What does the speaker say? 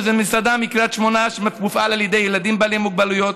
מסעדה מקריית שמונה שמופעלת על ידי ילדים בעלי מוגבלויות,